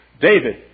David